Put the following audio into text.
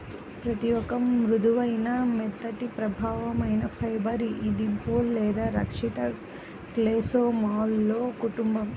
పత్తిఒక మృదువైన, మెత్తటిప్రధానఫైబర్ఇదిబోల్ లేదా రక్షిత కేస్లోమాలో కుటుంబం